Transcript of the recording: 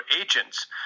agents